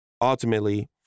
ultimately